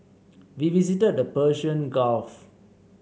we visited the Persian Gulf